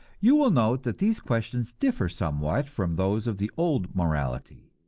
you will note that these questions differ somewhat from those of the old morality.